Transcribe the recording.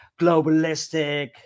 globalistic